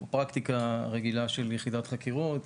זו פרקטיקה רגילה של יחידת חקירות.